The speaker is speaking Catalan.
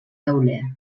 tauler